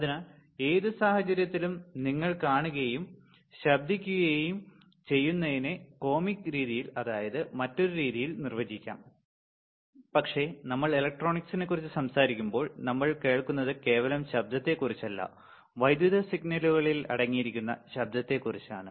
അതിനാൽ ഏത് സാഹചര്യത്തിലും നിങ്ങൾ കാണുകയും ശബ്ദിക്കുകയും ചെയ്യുന്നതിനെ കോമിക്ക് രീതിയിൽ അതായത് മറ്റൊരു രീതിയിൽ നിർവചിക്കാം പക്ഷേ നമ്മൾ ഇലക്ട്രോണിക്സിനെക്കുറിച്ച് സംസാരിക്കുമ്പോൾ നമ്മൾ കേൾക്കുന്നത് കേവലം ഒരു ശബ്ദത്തെക്കുറിച്ചല്ല വൈദ്യുത സിഗ്നലുകളിൽ അടങ്ങിയിരിക്കുന്ന ശബ്ദത്തെക്കുറിച്ചാണ്